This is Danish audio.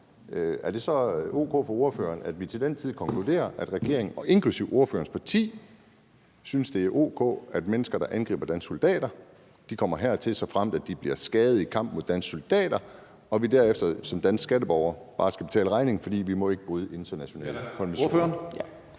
er det så o.k. med ordføreren, at vi til den tid konkluderer, at regeringen, inklusive ordførerens parti, synes, at det er o.k., at mennesker, der angriber danske soldater, kommer hertil, såfremt de bliver skadet i kamp mod danske soldater, og at vi derefter som danske skatteborgere bare skal betale regningen, fordi vi ikke må bryde internationale konventioner?